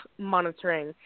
monitoring